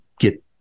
get